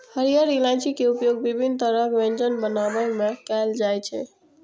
हरियर इलायची के उपयोग विभिन्न तरहक व्यंजन बनाबै मे कैल जाइ छै